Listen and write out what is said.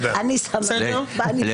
אנא.